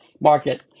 market